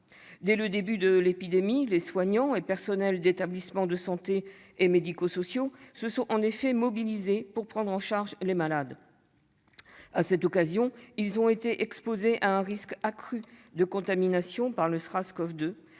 Dès le début de l'épidémie, les soignants et personnels d'établissements de santé et médico-sociaux se sont mobilisés pour prendre en charge les malades. À cette occasion, ils ont été exposés à un risque accru de contamination par le SARS-CoV-2,